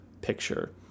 picture